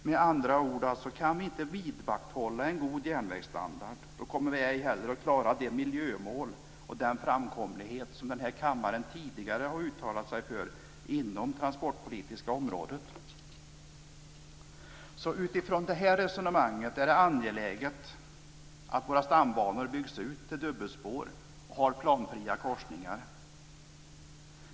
Med andra ord: Kan vi inte vidmakthålla en god järnvägsstandard kommer vi ej heller att klara de miljömål och den framkomlighet som den här kammaren tidigare har uttalat sig för inom det transportpolitiska området. Utifrån det här resonemanget är det angeläget att våra stambanor byggs ut till dubbelspår och har planfria korsningar.